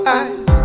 eyes